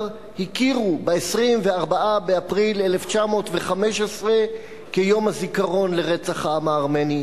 הכירו ב-24 באפריל 1915 כיום הזיכרון לרצח העם הארמני.